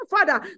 Father